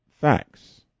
facts